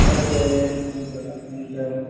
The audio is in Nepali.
ओके हुन्छ हुन्छ